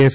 S